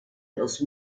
los